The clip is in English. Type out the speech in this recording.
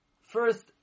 first